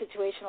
situational